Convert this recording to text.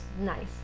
nice